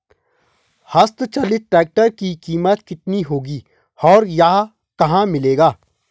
हस्त चलित ट्रैक्टर की कीमत कितनी होगी और यह कहाँ मिलेगा?